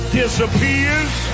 disappears